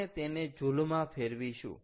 આપણે તેને જૂલમાં ફેરવીશું